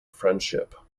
friendship